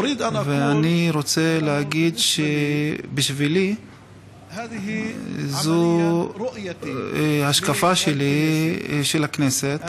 אני רוצה להגיד שבשבילי זו השקפה של הכנסת,